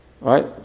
Right